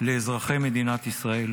לאזרחי מדינת ישראל,